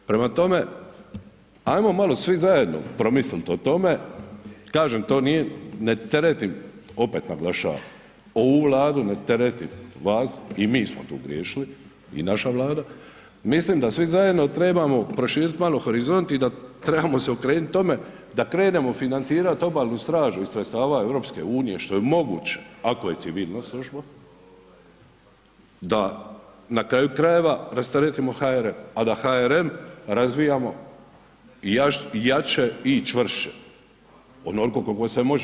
Prema tome, ajmo malo svi zajedno promisliti o tome, kažem, to nije, ne teretim opet naglašavam ovu Vladu, ne teretim vas, i mi smo tu griješili i naša Vlada, mislim da svi zajedno trebamo proširit malo horizont i da trebamo se okrenut tome da krenemo financirat Obalnu stražu iz sredstava EU-a što je moguće ako je civilna služba, da na kraju krajeva rasteretimo HRM a da HRM razvijamo jače i čvršće, onoliko koliko se može.